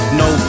no